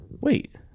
Wait